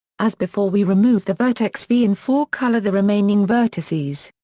as before we remove the vertex v and four-color the remaining vertices.